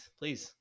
please